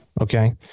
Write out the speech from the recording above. Okay